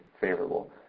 favorable